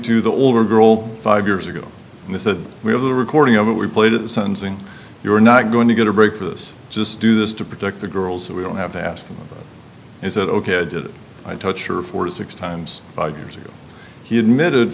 to the older girl five years ago and they said we have the recording of it we played at the sentencing you are not going to get a break for this just do this to protect the girls we don't have to ask them is that ok did i touch her for six times five years ago he admitted